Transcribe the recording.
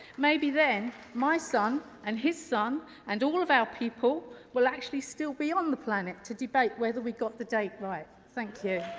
maybe then my son and his son and all of our people will actually still be on the planet to debate if we got the date right. thank you.